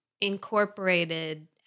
incorporated